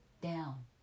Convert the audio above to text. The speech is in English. down